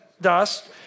dust